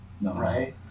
Right